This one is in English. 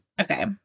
Okay